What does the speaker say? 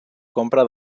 compra